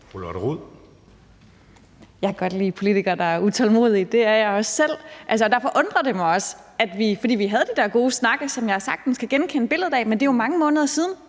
Rod (RV): Jeg kan godt lide politikere, der er utålmodige. Det er jeg også selv. Derfor undrer det mig også, for vi havde de der gode snakke, som jeg sagtens kan genkende billedet af. Men det er jo mange måneder siden,